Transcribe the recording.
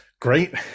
great